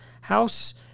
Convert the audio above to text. house